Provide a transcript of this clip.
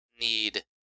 need